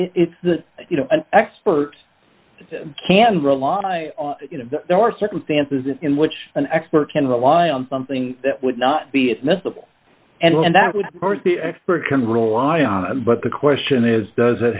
it's that you know an expert can rely on you know there are circumstances in which an expert can rely on something that would not be admissible and that would hurt the expert can rely on but the question is does it